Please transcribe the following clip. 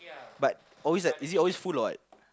but always like is it always full or what